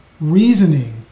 reasoning